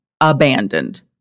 abandoned